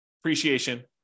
appreciation